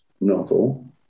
novel